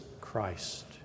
Christ